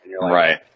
Right